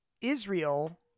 Israel